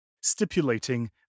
stipulating